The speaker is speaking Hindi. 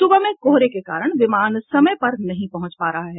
सुबह में कोहरे के कारण विमान समय पर नहीं पहुंच पा रहे हैं